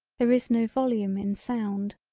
there is no volume in sound.